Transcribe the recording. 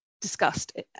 discussed